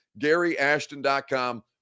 GaryAshton.com